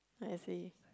I see